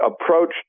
approach